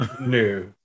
No